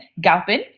Galpin